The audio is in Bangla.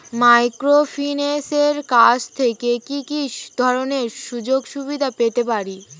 মাইক্রোফিন্যান্সের কাছ থেকে কি কি ধরনের সুযোগসুবিধা পেতে পারি?